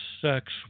sex